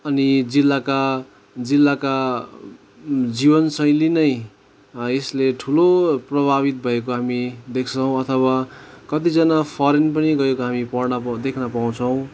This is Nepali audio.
अनि जिल्लाका जिल्लाका जीवनशैली नै यसले ठुलो प्रभावित भएको हामी देख्छौँ अथवा कतिजना फरेन पनि गएको हामी पढ्न प देख्नपाउँछौँ